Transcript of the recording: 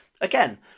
Again